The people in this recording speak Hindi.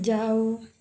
जाओ